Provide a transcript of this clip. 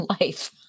life